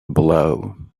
blow